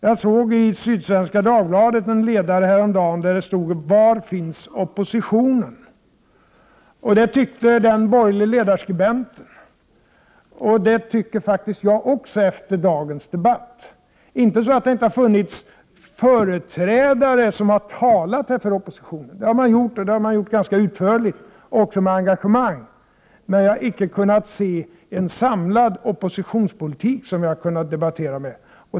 Jag såg i Sydsvenska Dagbladet en ledare häromdagen där det stod: Var finns oppositionen? Det undrade den borgerliga ledarskribenten, och det undrar faktiskt också jag efter dagens debatt. Det är inte så att det inte funnits företrädare som här talat för oppositionen. Det har det funnits, och man har talat ganska utförligt och med engagemang. Men jag har inte kunnat se en samlad oppositionspolitik som jag hade kunnat debattera om.